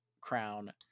Crown